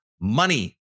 money